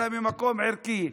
אלא ממקום ערכי.